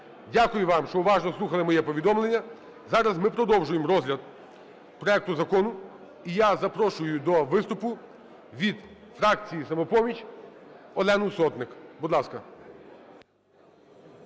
Дякую вам, що уважно слухали моє повідомлення. Зараз ми продовжуємо розгляд проекту закону. І я запрошую до виступу від фракції "Самопоміч" Олену Сотник. Будь ласка.